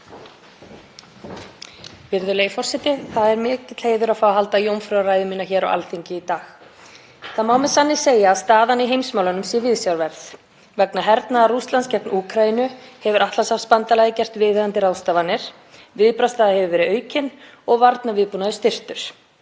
Virðulegi forseti. Það er mikill heiður að fá að halda jómfrúrræðu mína hér á Alþingi í dag. Það má með sanni segja að staðan í heimsmálunum sé viðsjárverð. Vegna hernaðar Rússlands gegn Úkraínu hefur Atlantshafsbandalagið gert viðeigandi ráðstafanir, viðbragðshraði hefur verið aukinn og varnarviðbúnaður styrktur.